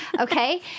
Okay